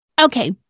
Okay